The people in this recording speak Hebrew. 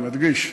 אני מדגיש,